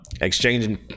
exchanging